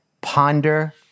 Ponder